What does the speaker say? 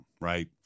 right